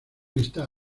está